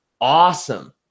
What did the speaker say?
awesome